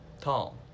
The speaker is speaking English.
Tall